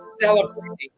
celebrating